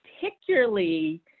particularly